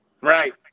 right